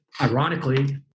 Ironically